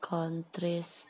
Countries